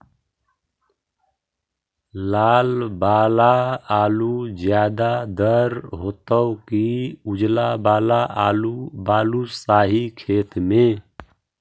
लाल वाला आलू ज्यादा दर होतै कि उजला वाला आलू बालुसाही खेत में?